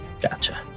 Gotcha